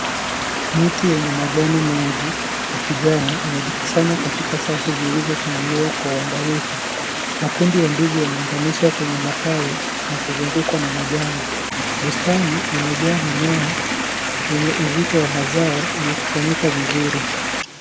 Miti yenye majani mengi ya kijani imejikusanya katika safu zilizopangiliwa kwa uangalifu . Makundi ya ndizi yameunganishwa kwenye matawii na kuzungukwa na majani . Bustani imejaa mimea yenye uzito wa mazao uliokusanyika vizuri.